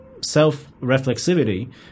self-reflexivity